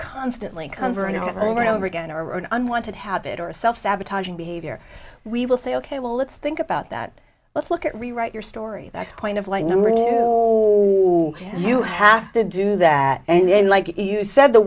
constantly comes over and over and over again or an unwanted habit or a self sabotaging behavior we will say ok well let's think about that let's look at rewrite your story that's point of line number and you have to do that and then like you said the